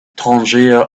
tangier